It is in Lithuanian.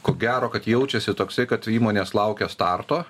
ko gero kad jaučiasi toksai kad įmonės laukia starto